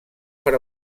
per